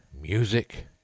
music